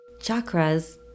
Chakras